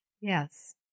Yes